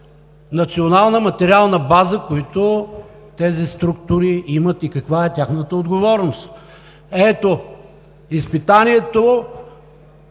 национална материална база, които тези структури имат, и каква е тяхната отговорност? Ето, изпитанието